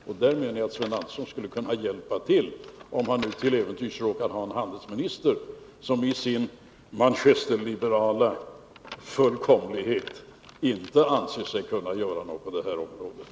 På den punkten menar jag att Sven Andersson skulle kunna hjälpa till, om han nu till äventyrs råkar ha en handelsminister som i sin Manchesterliberala fullkomlighet inte anser sig kunna göra någonting på det här området.